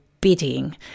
bidding